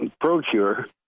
ProCure